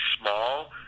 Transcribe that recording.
small